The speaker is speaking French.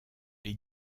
les